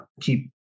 keep